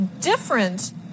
different